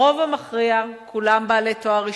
ברוב המכריע הם בעלי תואר ראשון,